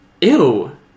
Ew